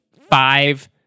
five